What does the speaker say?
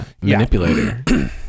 manipulator